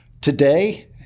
Today